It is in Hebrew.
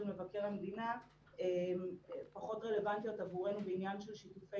מבקר המדינה פחות רלוונטיות עבורנו בעניין של שיתופי